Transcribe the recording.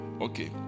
Okay